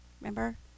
remember